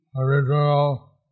Original